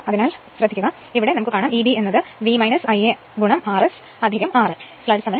അതിനാൽ ഇത് Eb V Ia R S ra